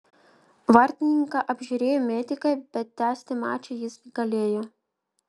vartininką apžiūrėjo medikai bet tęsti mačą jis galėjo